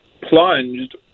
plunged